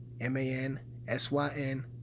M-A-N-S-Y-N